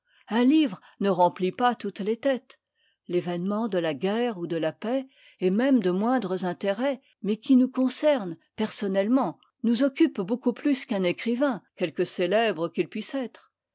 un livre ne remplit pas toutes les têtes l'événement de la guerre ou de la paix et même de moindres intérêts mais qui nous concernent personnettement nous occupent beaucoup plus qu'un écrivain quelque célèbre qu'il puisse être